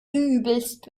übelst